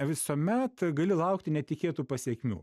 visuomet gali laukti netikėtų pasekmių